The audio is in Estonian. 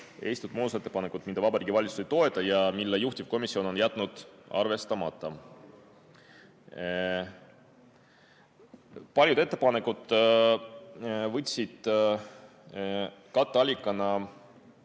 esitatud muudatusettepanekud, mida Vabariigi Valitsus ei toeta ja mille juhtivkomisjon on jätnud arvestamata. Paljud ettepanekud nägid katteallikana